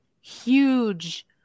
huge